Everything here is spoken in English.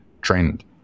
trend